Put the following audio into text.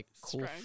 cool